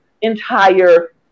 entire